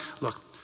look